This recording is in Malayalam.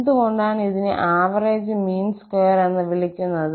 എന്തുകൊണ്ടാണ് ഇതിനെ ആവറേജ് മീൻ സ്ക്വയർ എന്ന് വിളിക്കുന്നത്